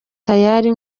tayari